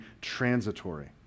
transitory